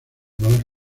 malas